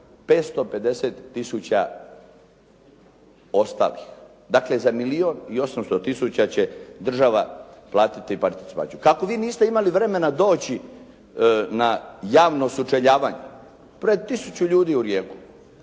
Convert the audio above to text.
550 tisuća ostalih. Dakle, za milijun i 800 tisuća će država platiti participaciju. Kako vi niste imali vremena doći na javno sučeljavanje, pred tisuću ljudi u Rijeku.